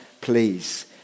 please